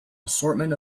assortment